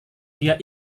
dia